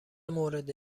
مورد